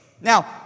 Now